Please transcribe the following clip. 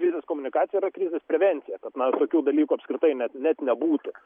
krizės komunikacija yra krizės prevencija kad na tokių dalykų apskritai net net nebūtų